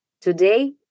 Today